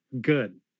Good